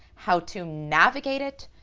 how to navigate it.